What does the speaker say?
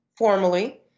formally